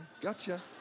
gotcha